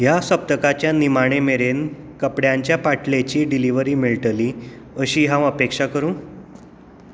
ह्या सप्तकाच्या निमाणे मेरेन कपड्यांच्या पांटले ची डिलिव्हरी मेळटली अशी हांव अपेक्षा करूं